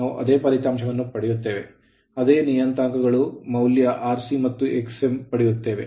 ನಾವು ಅದೇ ಫಲಿತಾಂಶವನ್ನು ಪಡೆಯುತ್ತೇವೆ ಅದೇ ನಿಯತಾಂಕಗಳು ಮೌಲ್ಯ Rc ಮತ್ತು Xm ಪಡೆಯುತ್ತೇವೆ